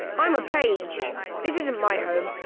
i'm a paige this isn't my home.